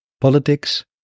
politics